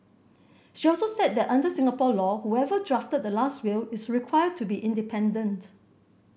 she also said that under Singapore law whoever drafted the last will is required to be independent